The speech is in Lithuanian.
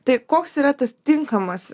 tai koks yra tas tinkamas